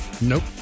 Nope